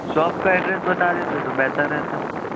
shop کا address بتا دیتے تو بہتر رہتا